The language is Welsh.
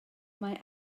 mae